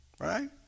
Right